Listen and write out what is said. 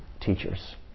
teachers